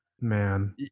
Man